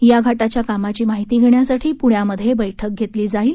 या घाटाच्या कामाची माहिती घेण्यासाठी पुण्यामध्ये बैठक घेतली जाईल